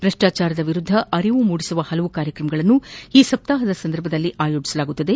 ಭ್ರಷ್ಟಾಚಾರದ ವಿರುದ್ದ ಅರಿವು ಮೂಡಿಸುವ ಹಲವಾರು ಕಾರ್ಯಕ್ರಮಗಳನ್ನು ಈ ಸಪ್ತಾಹದ ಸಂದರ್ಭದಲ್ಲಿ ಆಯೋಜಿಸಲಾಗುತ್ತದೆ